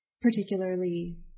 particularly